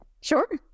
Sure